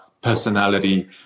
personality